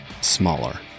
Smaller